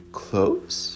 close